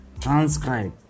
transcribe